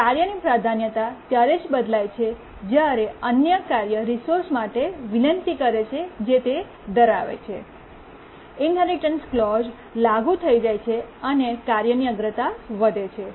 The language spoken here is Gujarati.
કાર્યની પ્રાધાન્યતા ત્યારે જ બદલાય છે જ્યારે અન્ય કાર્ય રિસોર્સ માટે વિનંતી કરે છે કે જે તે ધરાવે છે ઇન્હેરિટન્સ ક્લૉજ઼ લાગુ થઈ જાય છે અને કાર્યની અગ્રતા વધે છે